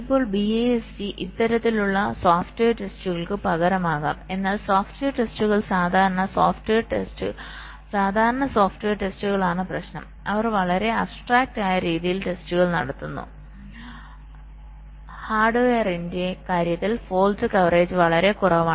ഇപ്പോൾ BIST ഇത്തരത്തിലുള്ള software ടെസ്റ്റുകൾക്ക് പകരമാകാം എന്നാൽ സോഫ്റ്റ്വെയർ ടെസ്റ്റുകൾ സാധാരണ സോഫ്റ്റ്വെയർ ടെസ്റ്റുകളാണ് പ്രശ്നം അവർ വളരെ അബ്സ്ട്രാക്ട് ആയ രീതിയിൽ ടെസ്റ്റുകൾ നടത്തുന്നു ഹാർഡ്വെയറിന്റെ കാര്യത്തിൽ ഫോൾട് കവറേജ് വളരെ കുറവാണ്